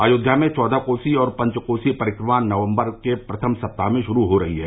अयोध्या में चौदह कोसी और पंच कोसी परिक्रमा नवम्बर के प्रथम सप्ताह में शुरू हो रही है